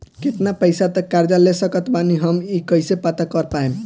केतना पैसा तक कर्जा ले सकत बानी हम ई कइसे पता कर पाएम?